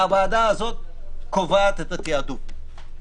והוועדה הזו קובעת את התעדוף.